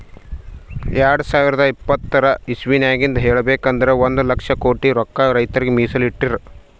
ಎರಡ ಸಾವಿರದ್ ಇಪ್ಪತರ್ ಇಸವಿದಾಗಿಂದ್ ಹೇಳ್ಬೇಕ್ ಅಂದ್ರ ಒಂದ್ ಲಕ್ಷ ಕೋಟಿ ರೊಕ್ಕಾ ರೈತರಿಗ್ ಮೀಸಲ್ ಇಟ್ಟಿರ್